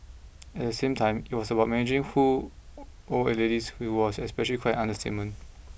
at the same time it was about managing who old ladies which was especially quite an understatement